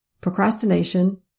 procrastination